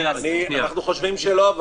אבל אנחנו חושבים שלא.